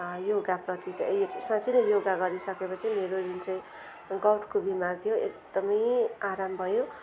योगाप्रति चाहिँ साँच्चै नै योगा गरिसकेपछि मेरो जुन चाहिँ गाउटको बिमार थियो एकदमै आराम भयो